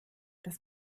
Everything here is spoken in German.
das